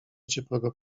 ciepłego